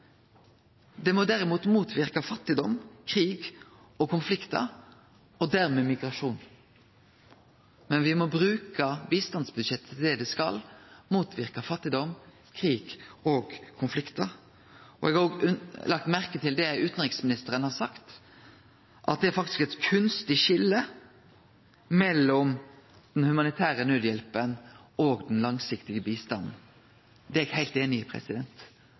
det må derimot motverke fattigdom, krig og konfliktar – og dermed migrasjon. Me må bruke bistandsbudsjettet til det det skal: Motverke fattigdom, krig og konfliktar. Eg har òg lagt merke til det utanriksministeren har sagt, at det faktisk er eit kunstig skilje mellom den humanitære naudhjelpa og den langsiktige bistanden. Det er eg heilt einig i,